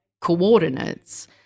coordinates